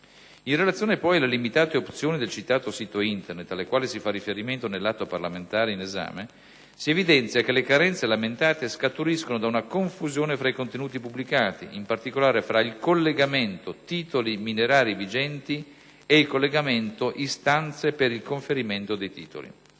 In relazione, poi, alle limitate opzioni del citato sito Internet, alle quali si fa riferimento nell'atto parlamentare in esame, si evidenzia che le carenze lamentate scaturiscono da una confusione tra i contenuti pubblicati, in particolare tra il collegamento «Titoli minerari vigenti» e il collegamento «Istanze per il conferimento di titoli